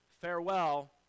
Farewell